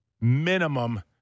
minimum